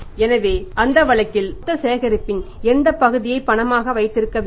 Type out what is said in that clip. எனவே அந்த வழக்கில் மொத்த சேகரிப்பின் எந்த பகுதியை பணமாக வைத்திருக்க வேண்டும்